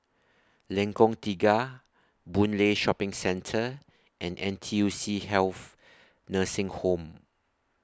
Lengkong Tiga Boon Lay Shopping Centre and N T U C Health Nursing Home